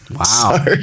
Wow